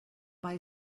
buy